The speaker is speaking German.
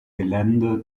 gelände